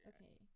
Okay